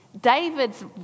David's